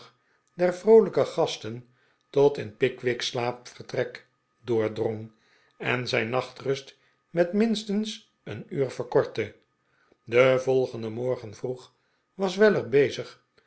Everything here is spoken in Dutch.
der vroolijke gasten tot in pickwick's slaapvertrek doordrong en zijn nachtrust met minstens een uur verkortte den volgenden morgen vroeg was weller bezig